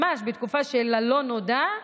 ממש בתקופה של הלא-נודע,